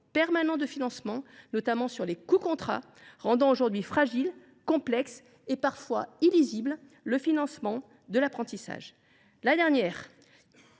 permanents de financements, notamment sur les coûts contrats, rendant aujourd’hui fragile, complexe et parfois illisible le financement de l’apprentissage.